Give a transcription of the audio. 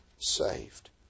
saved